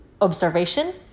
observation